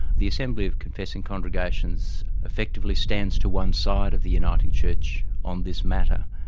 the assembly of confessing congregations effectively stands to one side of the uniting church on this matter.